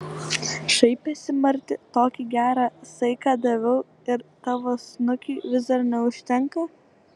šaipėsi marti tokį gerą saiką daviau ir tavo snukiui vis dar neužtenka